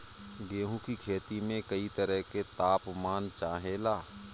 गेहू की खेती में कयी तरह के ताप मान चाहे ला